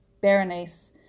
berenice